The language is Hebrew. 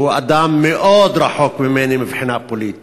שהוא אדם מאוד רחוק ממני מבחינה פוליטית,